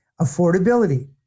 Affordability